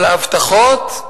אבל ההבטחות?